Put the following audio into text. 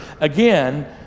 again